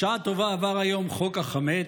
בשעה טובה עבר היום חוק החמץ,